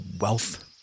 wealth